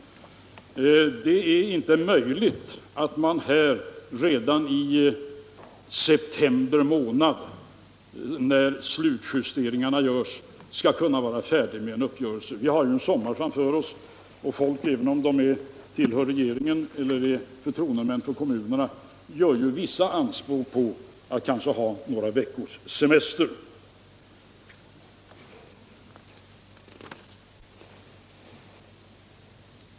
Det är inte möjligt att vara färdig med en uppgörelse redan i september månad, när slutjusteringarna görs. Vi har en sommar framför oss, och även regeringens ledamöter och kommunernas förtroendemän gör vissa anspråk att få några veckors semester.